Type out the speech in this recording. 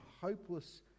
hopeless